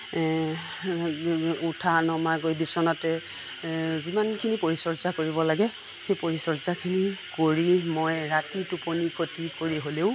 উঠা নমা কৰি বিচনাতে যিমানখিনি পৰিচৰ্যা কৰিব লাগে সেই পৰিচৰ্যাখিনি কৰি মই ৰাতি টোপনি খতি কৰি হ'লেও